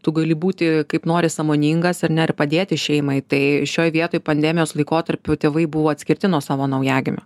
tu gali būti kaip nori sąmoningas ar ne ir padėti šeimai tai šioj vietoj pandemijos laikotarpiu tėvai buvo atskirti nuo savo naujagimio